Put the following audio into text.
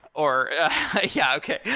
or yeah. okay. yeah